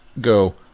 go